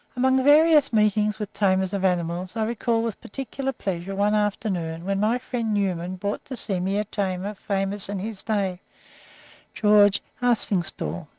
among various meetings with tamers of animals, i recall with particular pleasure one afternoon when my friend newman brought to see me a tamer famous in his day george arstingstall.